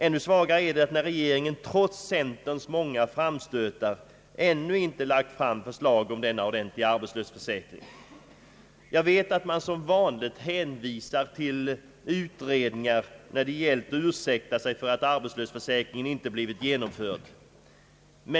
Ännu svagare är det när regeringen trots centerns många framstötar ännu inte lagt fram förslag om en ordentlig arbetslöshetsförsäkring. Jag vet att man som vanligt hänvisar till utredningar när det gällt att ursäkta sig för att arbetslöshetsförsäkringen inte blivit genomförd.